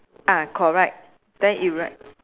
ah correct then it write